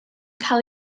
cael